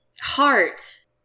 heart